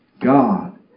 God